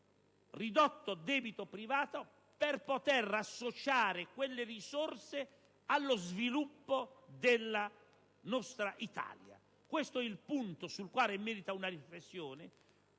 ridotto debito privato, per poter associare quelle risorse allo sviluppo della nostra Italia. Questo è il punto sul quale merita svolgere una riflessione,